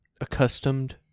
accustomed